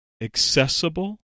accessible